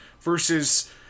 versus